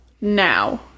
now